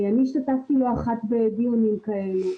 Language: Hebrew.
אני השתתפתי לא אחת בדיונים כאלה.